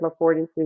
affordances